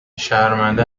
شرمنده